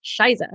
Shiza